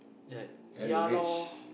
like ya loh